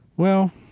well,